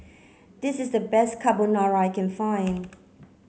this is the best Carbonara I can find